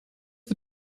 the